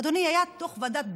אדוני, היה דוח ועדת דורנר,